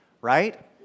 right